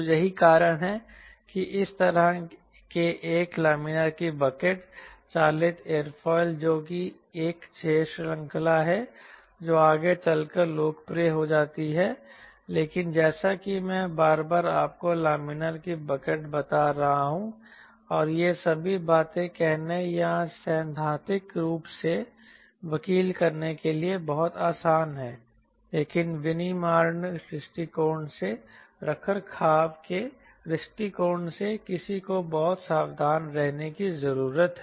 तो यही कारण है कि इस तरह के एक लामिना की बकेट चालित एयरोफिल जो कि एक 6 श्रृंखला है जो आगे चलकर लोकप्रिय हो जाती है लेकिन जैसा कि मैं बार बार आपको लामिना की बकेट बता रहा हूं और ये सभी बातें कहने या सैद्धांतिक रूप से वकील करने के लिए बहुत आसान हैं लेकिन विनिर्माण दृष्टिकोण से रखरखाव के दृष्टिकोण से किसी को बहुत सावधान रहने की जरूरत है